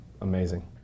amazing